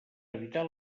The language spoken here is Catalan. evitar